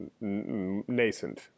nascent